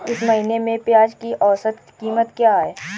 इस महीने में प्याज की औसत कीमत क्या है?